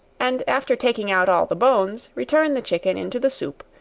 and after taking out all the bones, return the chicken into the soup,